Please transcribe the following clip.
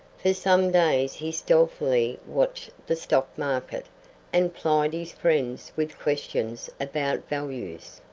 for some days he stealthily watched the stock market and plied his friends with questions about values.